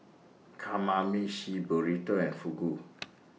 Kamameshi Burrito and Fugu